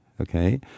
okay